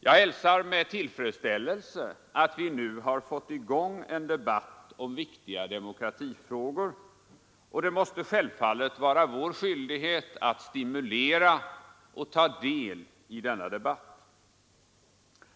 Jag hälsar med tillfredsställelse att vi nu har fått i gång en debatt om viktiga demokratifrågor, och det måste självfallet vara vår skyldighet att stimulera och ta del i denna debatt.